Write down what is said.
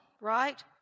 right